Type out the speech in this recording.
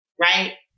right